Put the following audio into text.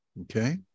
Okay